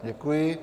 Děkuji.